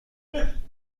این